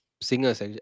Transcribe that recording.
singers